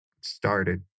started